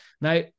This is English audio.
Now